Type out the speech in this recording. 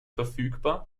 verfügbar